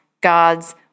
God's